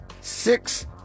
six